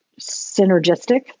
synergistic